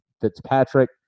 Fitzpatrick